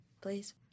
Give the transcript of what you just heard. please